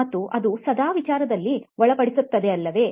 ಮತ್ತು ಅದು ಸದಾ ವಿಚಾರದಲ್ಲಿ ಒಳ್ಳಪಡಿಸುತ್ತಲ್ಲೆ ಇರುತ್ತದೆ